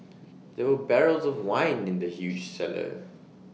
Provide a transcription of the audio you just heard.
there were barrels of wine in the huge cellar